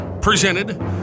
Presented